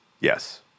Yes